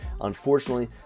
Unfortunately